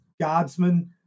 guardsmen